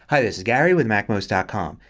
hi, this is gary with macmost ah com.